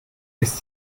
ist